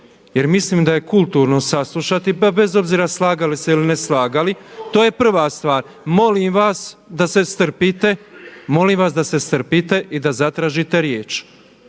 jer mislim da je kulturno saslušati, bez obzira slagali se ili ne slagali. To je prva stvar. Molim vas da se strpite i da zatražite riječ.